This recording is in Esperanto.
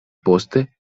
poste